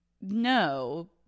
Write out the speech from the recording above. no